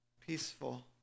peaceful